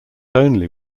only